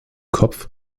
kopf